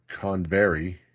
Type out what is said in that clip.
Convery